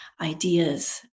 ideas